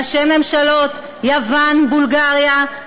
ראשי ממשלות יוון ובולגריה,